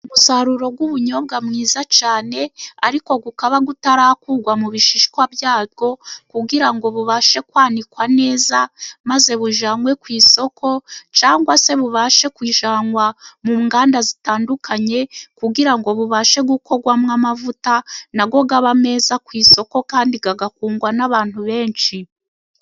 Umusaruro w'ubunyobwa mwiza cyane ariko ukaba utarakurwa mu bishishwa byawo, kugira ngo ubashe kwanikwa neza, maze ujyanwe ku isoko. Cyangwa se ubashe kuyjanwa mu nganda zitandukanye kugira ngo ubashe gukorwamo amavuta na yo aba meza ku isoko kandi agakundwa n'abantu benshi.